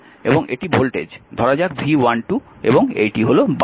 এবং এটি ভোল্টেজ ধরা যাক V12 এবং এটি হল বাতি